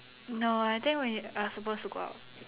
no I think when we are supposed to go out